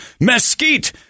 mesquite